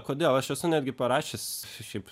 kodėl aš esu netgi parašęs šiaip